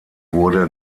wurde